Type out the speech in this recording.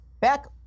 back